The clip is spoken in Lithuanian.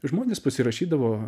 žmonės pasirašydavo